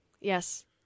Yes